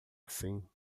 assim